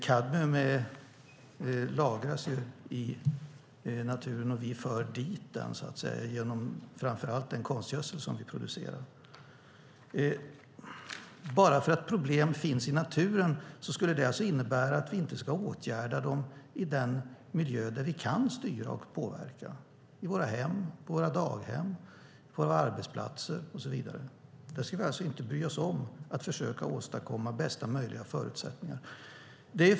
Kadmium lagras i naturen, och vi för dit den genom framför allt den konstgödsel som vi producerar. Bara för att problem finns i naturen skulle det alltså innebära att vi inte ska åtgärda dem i den miljö där vi kan styra och påverka - i våra hem, på våra daghem, på våra arbetsplatser och så vidare. Där ska vi alltså inte bry oss om att försöka åstadkomma bästa möjliga förutsättningar.